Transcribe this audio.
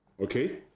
okay